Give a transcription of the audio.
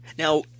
Now